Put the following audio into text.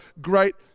great